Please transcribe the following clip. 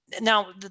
Now